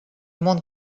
monde